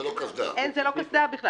זה לא קסדה בכלל.